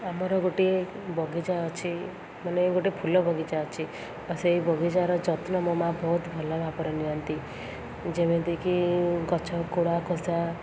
ଆମର ଗୋଟିଏ ବଗିଚା ଅଛି ମାନେ ଗୋଟେ ଫୁଲ ବଗିଚା ଅଛି ଆଉ ସେଇ ବଗିଚାର ଯତ୍ନ ମୋ ମା' ବହୁତ ଭଲ ଭାବରେ ନିଅନ୍ତି ଯେମିତିକି ଗଛ କୋଡ଼ା ଖୋସା